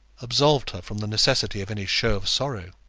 absolved her from the necessity of any show of sorrow.